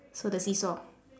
so the seesaw